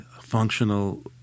functional